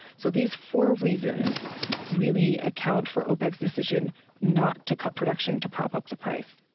so these four reasons really account for opec's decision not to cut production to prop up the price.